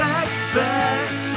expect